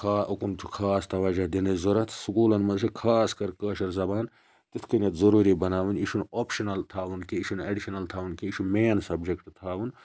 خا اُکُن چھِ خاص تَوَجہَ دِنٕچ ضوٚرَتھ سکوٗلَن مَنٛز چھِ خاص کَر کٲشِر زَبان تِتھ کٔنیٚتھ ضروٗری بَناوٕنۍ یہِ چھُ نہٕ اوپشِنَل تھاوُن کینٛہہ یہِ چھُ نہٕ ایٚڈِشَنَل تھاوُن کینٛہہ یہِ چھُ مین سَبجَکٹ تھاوُن